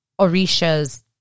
Orisha's